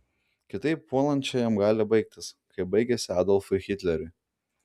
kitaip puolančiajam gali baigtis kaip baigėsi adolfui hitleriui